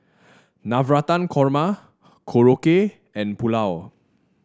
Navratan Korma Korokke and Pulao